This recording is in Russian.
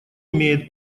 имеет